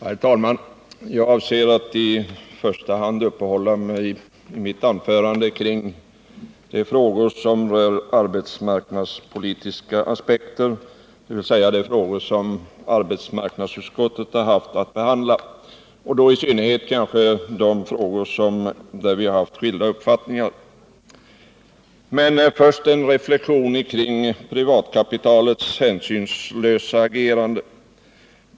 Herr talman! Jag avser att i mitt anförande i första hand uppehålla mig vid de frågor som rör arbetsmarknadspolitiska aspekter, dvs. de frågor som arbetsmarknadsutskottet har haft att behandla, och då i synnerhet kanske de frågor där vi haft skilda uppfattningar. Men först en reflexion kring privatkapitalets hänsynslösa agerande.